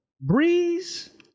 Breeze